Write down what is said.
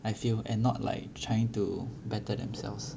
I feel and not like trying to better themselves